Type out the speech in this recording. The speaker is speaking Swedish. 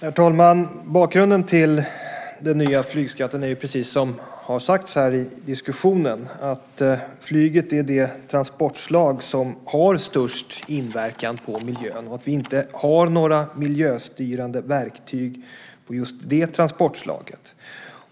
Herr talman! Bakgrunden till den nya flygskatten är, precis som sagts här i diskussionen, att flyget är det transportslag som har störst inverkan på miljön och att vi inte har några miljöstyrande verktyg för just det transportslaget.